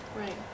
Right